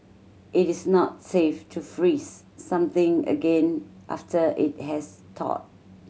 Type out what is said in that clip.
it is not safe to freeze something again after it has thawed